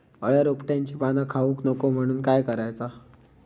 अळ्या रोपट्यांची पाना खाऊक नको म्हणून काय करायचा?